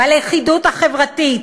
בלכידות החברתית.